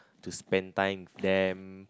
to spend time with them